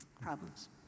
problems